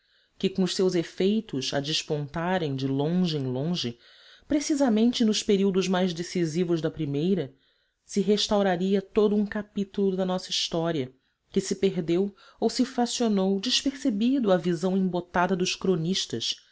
que com os seus efeitos a despontarem de longe em longe precisamente nos períodos mais decisivos da primeira se restauraria todo um capítulo da nossa história que se perdeu ou se fracionou despercebido à visão embotada dos cronistas